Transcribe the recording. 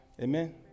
Amen